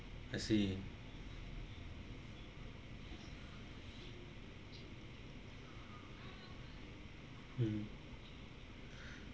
I see mm